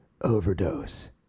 Overdose